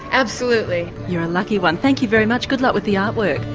absolutely. you're a lucky one, thank you very much, good luck with the art work.